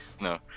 no